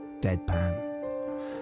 deadpan